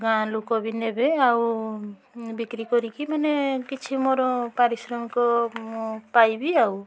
ଗାଁ ଲୋକ ବି ନେବେ ଆଉ ବିକ୍ରି କରିକି ମାନେ କିଛି ମୋର ପାରିଶ୍ରମିକ ମୁଁ ପାଇବି ଆଉ